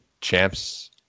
champs